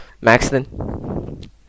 Maxton